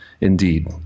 indeed